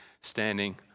standing